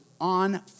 on